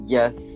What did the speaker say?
Yes